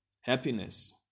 happiness